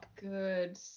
good